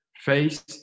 face